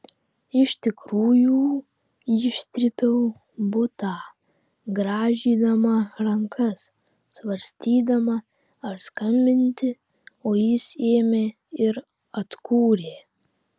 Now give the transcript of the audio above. iš tikrųjų ištrypiau butą grąžydama rankas svarstydama ar skambinti o jis ėmė ir atkūrė